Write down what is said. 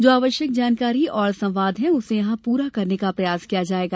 जो आवश्यक जानकारी और संवाद है उसे यहां पूरा करने का प्रयास किया जाएगा